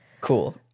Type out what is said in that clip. cool